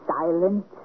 silent